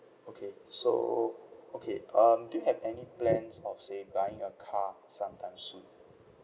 okay so okay um do you have any plans of say buying a car sometime soon